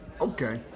Okay